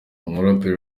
umuraperi